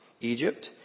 Egypt